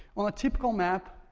on a typical map,